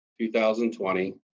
2020